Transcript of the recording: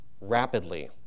rapidly